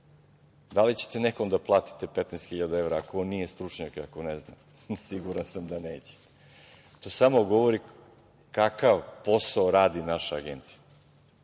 Da li ćete nekom da platite 15 hiljada evra ako on nije stručnjak i ako ne zna? Siguran sam da nećete. To samo govori kakav posao radi naša Agencija